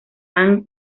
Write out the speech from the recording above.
anne